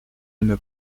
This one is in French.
une